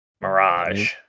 Mirage